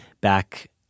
back